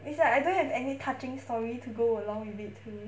it's like I don't have any touching story to go along with it too